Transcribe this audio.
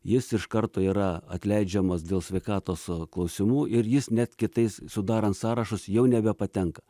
jis iš karto yra atleidžiamas dėl sveikatos klausimų ir jis net kitais sudarant sąrašus jau nebepatenka